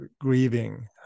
grieving